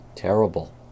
Terrible